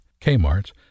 Kmart's